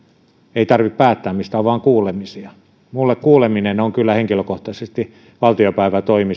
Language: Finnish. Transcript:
ei tarvitse päättää mistään on vain kuulemisia minulle kuuleminen on kyllä henkilökohtaisesti valtiopäivätoimi